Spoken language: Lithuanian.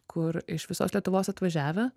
kur iš visos lietuvos atvažiavę